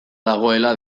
dagoela